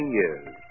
years